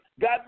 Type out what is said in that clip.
God